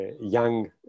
young